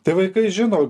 tai vaikai žino